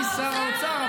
אני שר האוצר,